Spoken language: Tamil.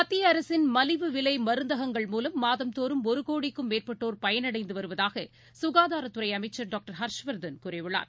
மத்தியஅரசின் மலிவு விலைமருந்தகங்கள் மூலம் மாதந்தோறும் ஒருகோடிக்கும் மேற்பட்டோர் பயன்டந்துவருவதாகசுகாதாரத்துறைஅமைச்சர் டாக்டர் ஹர்ஷ்வர்தன் கூறியுள்ளார்